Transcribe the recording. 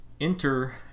Enter